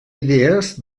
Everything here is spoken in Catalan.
idees